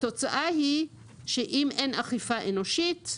התוצאה היא שאם אין אכיפה אנושית,